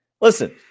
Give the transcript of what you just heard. Listen